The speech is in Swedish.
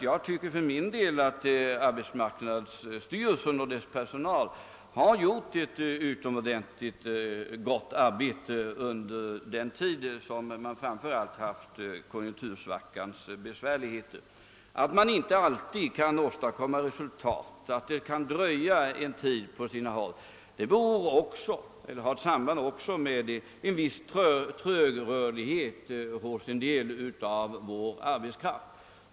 Jag tycker för min del att arbetsmarknadsstyrelsen och dess personal har gjort ett utomordentligt gott arbete under den tid då vi hade konjunktursvackans besvärligheter. Att man inte alltid kan åstadkomma resultat och att det dröjer en tid på sina håll sammanhänger också med en viss trögrörlighet hos en del av vår arbetskraft.